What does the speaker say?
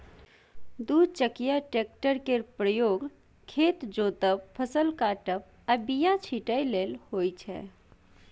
दु चकिया टेक्टर केर प्रयोग खेत जोतब, फसल काटब आ बीया छिटय लेल होइ छै